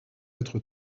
être